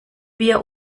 wir